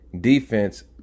Defense